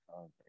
okay